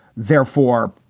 therefore,